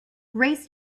race